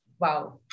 Wow